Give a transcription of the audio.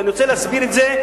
ואני רוצה להסביר את זה.